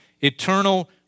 eternal